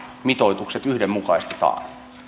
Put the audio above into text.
mitoitukset yhdenmukaistetaan